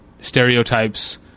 stereotypes